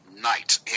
night